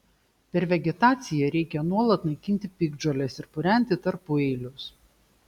per vegetaciją reikia nuolat naikinti piktžoles ir purenti tarpueilius